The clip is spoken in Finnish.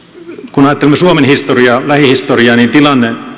kun ajattelemme suomen lähihistoriaa niin tilanne